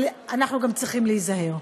אבל אנחנו גם צריכים להיזהר.